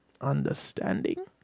understanding